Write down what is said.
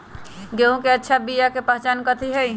गेंहू के अच्छा बिया के पहचान कथि हई?